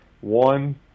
one